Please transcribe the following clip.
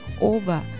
over